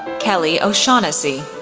kelly o'shaughnessy,